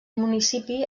municipi